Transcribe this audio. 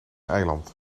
eiland